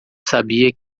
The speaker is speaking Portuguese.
sabia